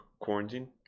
quarantine